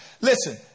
Listen